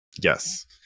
Yes